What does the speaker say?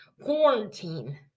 quarantine